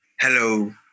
hello